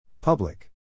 public